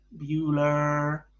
Bueller